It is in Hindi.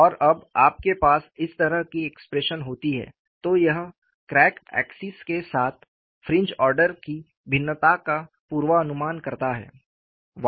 और जब आपके पास इस तरह की एक्सप्रेशन होती है तो यह क्रैक एक्सिस के साथ फ्रिंज ऑर्डर की भिन्नता का पूर्वानुमान करता है